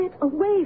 away